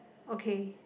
okay